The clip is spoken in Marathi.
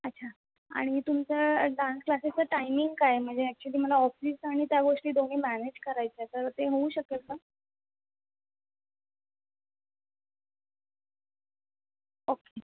अच्छा आणि तुमच्या डांस क्लासेसचा टायमिंग काय आहे म्हणजे ॲक्चुअली मला ऑफिस आणि त्या गोष्टी दोन्ही मॅनेज करायचं आहे तर ते होऊ शकेल का ओके